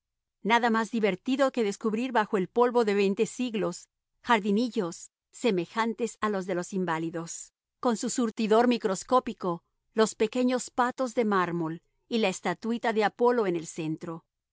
nada más divertido que descubrir bajo el polvo de veinte siglos jardinillos semejantes a los de los inválidos con su surtidor microscópico los pequeños patos de mármol y la estatuíta de apolo en el centro